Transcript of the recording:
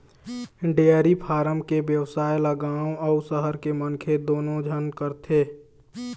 dairy farm के बेवसाय ल गाँव अउ सहर के मनखे दूनो झन करथे